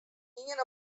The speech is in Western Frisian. ien